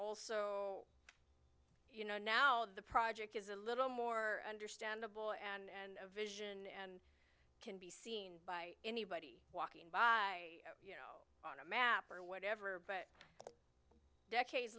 is you know now the project is a little more understandable and a vision and can be seen by anybody walking by you know on a map or whatever but decades